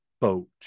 boat